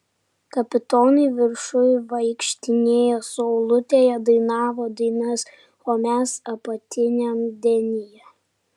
kapitonai viršuj vaikštinėjo saulutėje dainavo dainas o mes apatiniam denyje